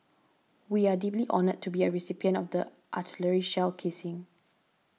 we are deeply honoured to be a recipient of the artillery shell casing